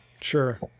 Sure